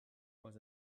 was